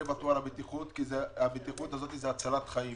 שלא יוותרו על הבטיחות כי הבטיחות הזאת היא הצלת חיים.